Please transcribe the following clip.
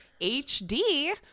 HD